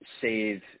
save